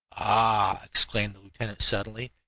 ah! exclaimed the lieutenant suddenly,